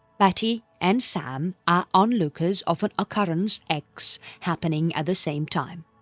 betty and sam are onlookers of an occurrence x happening at the same time.